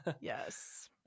yes